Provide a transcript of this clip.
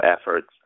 efforts